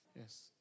Yes